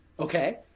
Okay